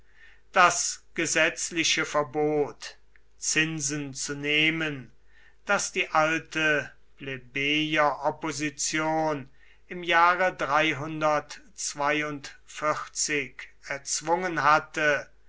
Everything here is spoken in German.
das gesetzliche verbot zinsen zu nehmen das die alte plebejeropposition im jahre erzwungen hatte